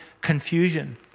confusion